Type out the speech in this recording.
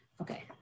Okay